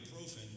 ibuprofen